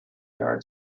yard